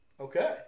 Okay